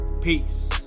Peace